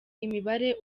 imibare